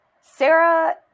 Sarah